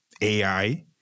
AI